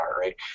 right